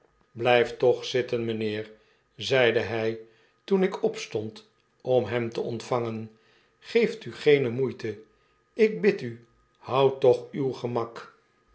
blijf toch zitten mynheerl zeide hij toen ik opstond om hem teontvangen geefu geene moeite ik bid u houd toch uw gemak